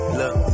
look